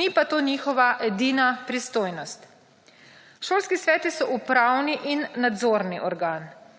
ni pa to njihova edina pristojnost. Šolski sveti so upravni in nadzorni organ.